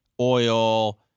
oil